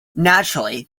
naturally